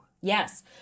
Yes